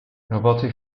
roboty